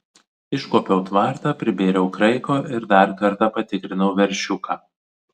iškuopiau tvartą pribėriau kraiko ir dar kartą patikrinau veršiuką